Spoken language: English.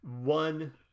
one